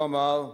הוא אמר,